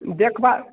देख बा